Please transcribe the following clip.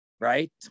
Right